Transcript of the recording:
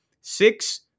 Six